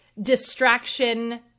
distraction